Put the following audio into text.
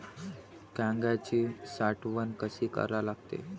कांद्याची साठवन कसी करा लागते?